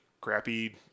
crappy